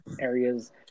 areas